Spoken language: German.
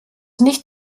nicht